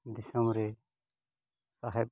ᱫᱤᱥᱚᱢ ᱨᱮ ᱥᱟᱦᱮᱵ